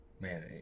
Man